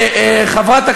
ודאי,